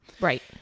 Right